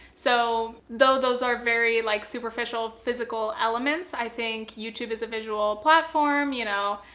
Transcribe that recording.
so, though those are very, like, superficial physical elements, i think youtube is a visual platform, you know.